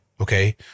Okay